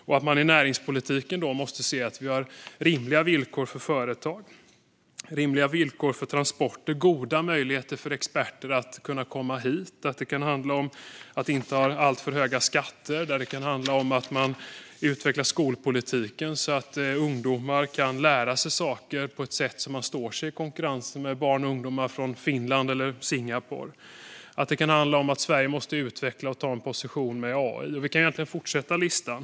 Därför måste näringspolitiken se till att vi har rimliga villkor för företag och transporter och goda möjligheter för experter att komma hit. Det kan handla om att inte ha alltför höga skatter. Det kan handla om att utveckla skolpolitiken så att ungdomar kan lära sig saker på ett sådant sätt att de står sig i konkurrensen med barn och ungdomar från Finland eller Singapore. Det kan handla om att Sverige måste utveckla och ta en position när det gäller AI. Vi kan egentligen fortsätta listan.